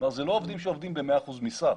זאת אומרת אלה לא עובדים שעובדים ב-100% משרה,